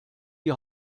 die